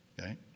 okay